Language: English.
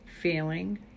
feeling